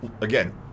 again